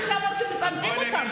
עכשיו מצמצמים אותה.